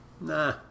Nah